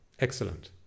Excellent